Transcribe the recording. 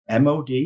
MOD